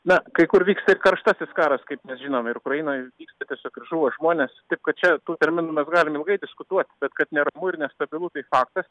na kai kur vyksta ir karštasis karas kaip mes žinom ir ukrainoj vyksta tiesiog ir žūva žmonės taip kad čia terminu mes galim ilgai diskutuoti bet kad neramu ir nestabilu tai faktas